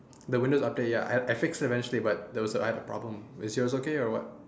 the windows update ya I I fixed it eventually but there was a I had a problem was yours okay or what